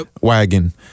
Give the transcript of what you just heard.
wagon